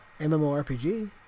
MMORPG